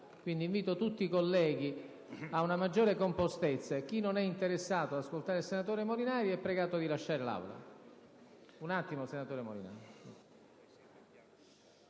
quindi, tutti i colleghi a una maggiore compostezza, e chi non è interessato ad ascoltare il senatore Molinari è pregato di lasciare l'Aula. Prego, senatore Molinari.